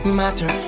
matter